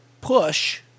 push